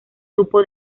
supo